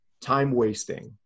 time-wasting